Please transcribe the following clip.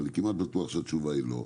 ואני כמעט בטוח שהתשובה היא לא,